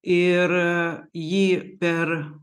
ir jį per